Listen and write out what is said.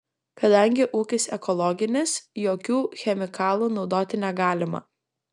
kadangi ūkis ekologinis jokių chemikalų naudoti negalima